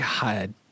God